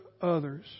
others